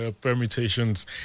permutations